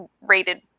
rated